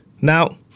Now